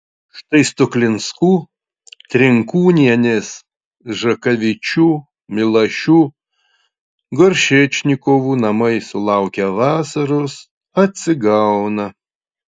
štai stuklinskų trinkūnienės žakavičių milašių goršečnikovų namai sulaukę vasaros atsigauna